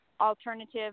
Alternative